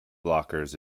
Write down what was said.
blockers